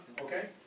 Okay